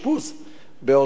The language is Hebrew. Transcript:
באותם בתי-חולים.